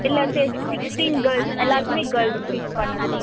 இல்லை sixteen girls எல்லோருக்குமே girls stitch பண்ணணும்